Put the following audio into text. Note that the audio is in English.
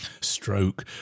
stroke